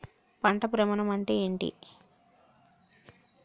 పంట భ్రమణం అంటే ఏంటి?